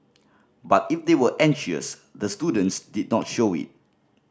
but if they were anxious the students did not show it